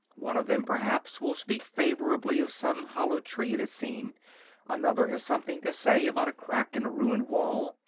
one of them, perhaps, will speak favorably of some hollow tree it has seen another has something to say about a crack in a ruined wall,